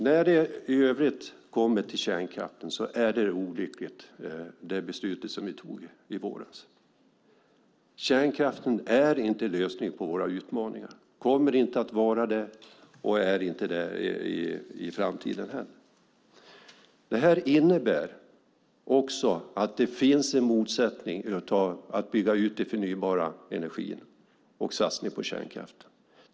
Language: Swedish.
När det gäller kärnkraften är det beslut som vi tog i våras mycket olyckligt. Kärnkraften är inte lösningen på våra utmaningar. Den kommer inte heller att vara det i framtiden. Detta innebär också att det finns en motsättning mellan att bygga ut den förnybara energin och satsningen på kärnkraft.